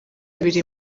ibiri